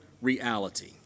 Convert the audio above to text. reality